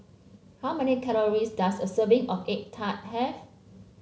how many calories does a serving of egg tart have